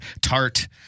tart